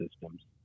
systems